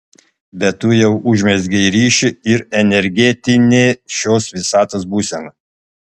bet tu jau užmezgei ryšį ir energetinė šios visatos būsena